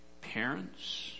Parents